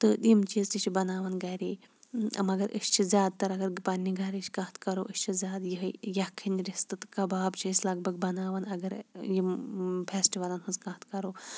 تہٕ یِم چیٖز تہِ چھِ بَناوان گَرے مَگَر أسۍ چھِ زیادٕ تَر اَگَر پَننہِ گَرِچ کتھ کَرو أسۍ چھِ زیادٕ یِہے یَکھٕنۍ رِستہٕ تہٕ کَباب چھِ أسۍ لَگ بَگ بَناوان اَگَر یِم پھیٚسٹِولَن ہٕنٛز کَتھ کَرو